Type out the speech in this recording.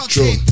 True